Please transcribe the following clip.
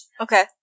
Okay